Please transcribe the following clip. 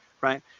right